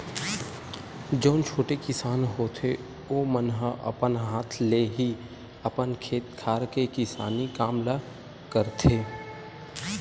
जउन छोटे किसान होथे ओमन ह अपन हाथ ले ही अपन खेत खार के किसानी काम ल करथे